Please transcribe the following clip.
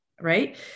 Right